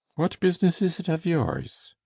what business is it of yours?